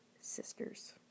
Sisters